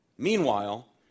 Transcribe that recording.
Meanwhile